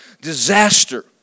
disaster